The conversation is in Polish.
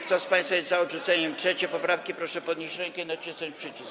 Kto z państwa jest za odrzuceniem 3. poprawki, proszę podnieść rękę i nacisnąć przycisk.